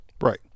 right